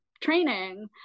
training